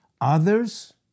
Others